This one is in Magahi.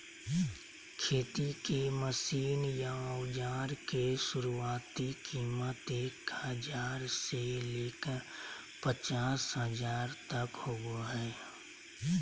खेती के मशीन या औजार के शुरुआती कीमत एक हजार से लेकर पचास हजार तक होबो हय